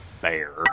bear